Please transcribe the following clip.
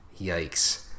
Yikes